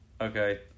Okay